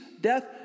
death